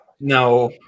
no